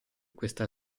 questa